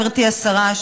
גברתי השרה,